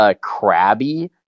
Crabby